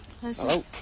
Hello